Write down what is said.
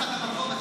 לך את המקום,